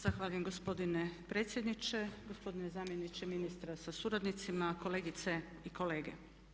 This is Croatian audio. Zahvaljujem gospodine predsjedniče, gospodine zamjeniče ministra sa suradnicima, kolegice i kolege.